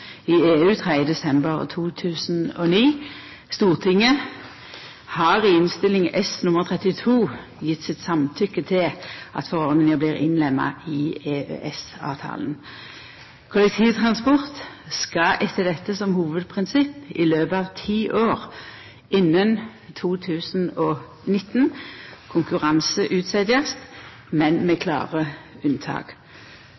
i EU 3. desember 2009. Stortinget har i Innst. S. nr. 32 for 2008–2009 gjeve sitt samtykke til at forordninga blir innlemma i EØS-avtalen. Kollektivtransport skal etter dette som hovudprinsipp i løpet av ti år, innan 2019, konkurranseutsetjast, men med